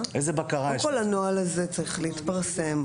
קודם כל, הנוהל הזה צריך להתפרסם.